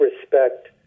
respect